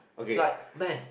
slide men